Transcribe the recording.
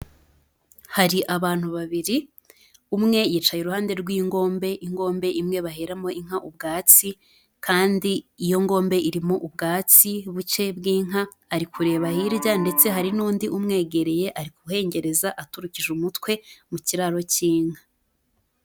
Hari abantu babiri. Umwe yicaye iruhande rw'ingombe, ingombe imwe baheramo inka ubwatsi. Kandi, iyo ngombe irimo ubwatsi, buke bw'inka. Ari kureba hirya, ndetse hari n'undi umwegereye, ari guhengereza aturukije umutwe, mu kiraro cy'inka.